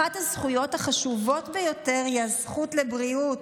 אחת הזכויות החשובות ביותר היא הזכות לבריאות,